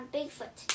Bigfoot